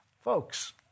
Folks